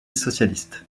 socialiste